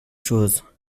chose